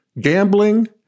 gambling